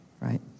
right